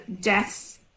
deaths